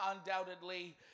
undoubtedly